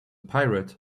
pirate